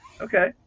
Okay